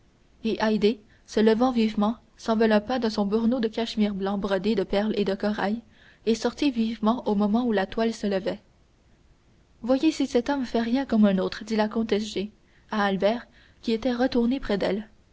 et haydée se levant vivement s'enveloppa de son burnous de cachemire blanc brodé de perles et de corail et sortit vivement au moment où la toile se levait voyez si cet homme fait rien comme un autre dit la comtesse g à albert qui était retourné près d'elle